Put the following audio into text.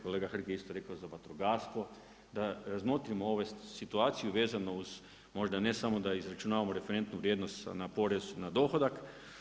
Kolega Hrg je isto rekao za vatrogastvo, razmotrimo ovu situaciju, veznu uz možda ne samo da izračunavamo referentnu vrijednost na porez na dohodak.